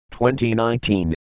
2019